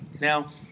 Now